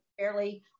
fairly